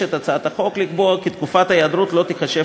הצעת החוק מבקשת לקבוע כי תקופת ההיעדרות לא תיחשב